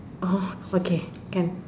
oh okay can